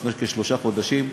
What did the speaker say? לפני כשלושה חודשים,